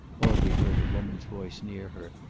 audrey heard a woman's voice near her,